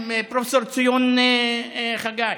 עם פרופ' ציון חגי,